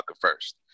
first